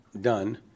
done